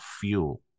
fuel